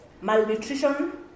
Malnutrition